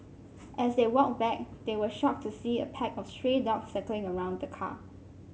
as they walked back they were shocked to see a pack of stray dogs circling around the car